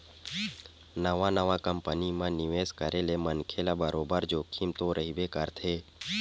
नवा नवा कंपनी म निवेस करे ले मनखे ल बरोबर जोखिम तो रहिबे करथे